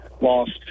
lost